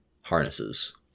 harnesses